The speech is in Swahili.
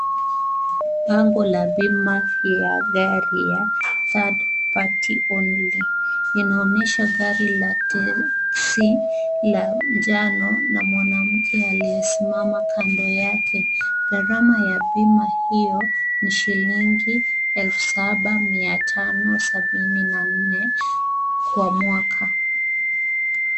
Bango la bima ya gari ya Third Party only . Inaonyesha gari la teksi, la njano na mwanamke aliyesimama kando yake. Gharama ya bima hiyo ni shilingi elfu saba Mia tano sabini na nne, kwa mwaka.